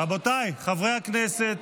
רבותיי חברי הכנסת,